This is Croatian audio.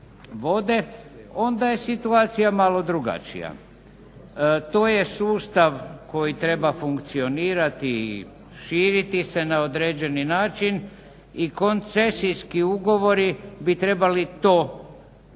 onda je situacija malo drugačija. To je sustav koji treba funkcionirati i širiti se na određeni način i koncesijski ugovori bi trebali to zapravo